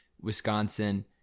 Wisconsin